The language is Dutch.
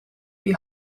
die